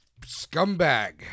Scumbag